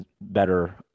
better